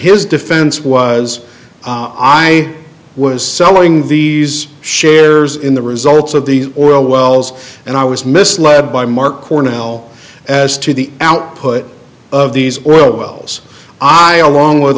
his defense was i i was selling these shares in the results of the oil wells and i was misled by mark cornell as to the output of these wells i along with